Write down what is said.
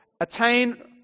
attain